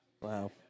Wow